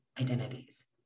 identities